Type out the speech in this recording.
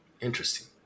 Interesting